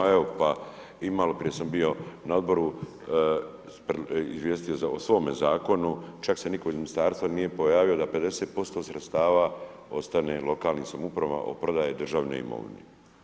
Evo, pa i malo prije sam bio na Odboru izvijestio o svome Zakonu, čak se nitko iz Ministarstva nije pojavio da 50% sredstava ostane lokalnim samoupravama od prodaje državne imovine.